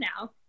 now